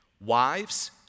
Wives